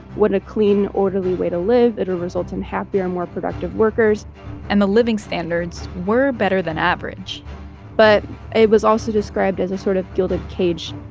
what a clean, orderly way to live it'll result in happier and more productive workers and the living standards were better than average but it was also described as a sort of gilded cage